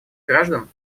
граждан